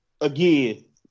again